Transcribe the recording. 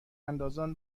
اندازان